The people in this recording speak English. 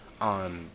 on